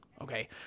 Okay